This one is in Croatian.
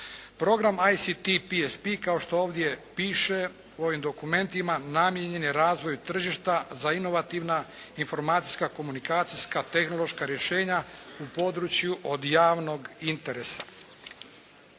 Program ICT PSP kao što ovdje piše, u ovim dokumentima namijenjen je razvoju tržišta za inovativna informacijska komunikacijska, tehnološka rješenja u području od javnog interesa.